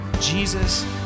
Jesus